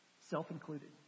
self-included